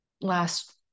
last